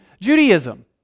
Judaism